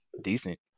decent